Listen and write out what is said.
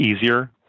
easier